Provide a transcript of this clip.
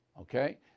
Okay